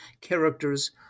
characters